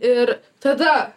ir tada